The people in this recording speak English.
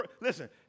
Listen